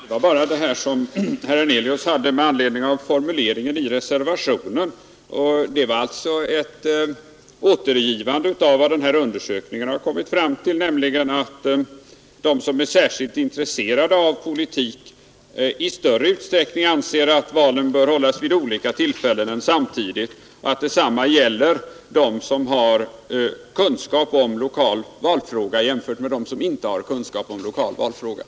Herr talman! Jag vill bara ta upp det som herr Hernelius anförde med anledning av formuleringen i reservationen. Detta är ett återgivande av vad den aktuella undersökningen hade kommit fram till, nämligen att de som är särskilt intresserade av politik i större utsträckning anser att valen bör hållas vid olika tillfällen än att valen bör hållas samtidigt och att detsamma gäller dem som har kunskap om lokal valfråga jämfört med dem som inte har sådan kunskap.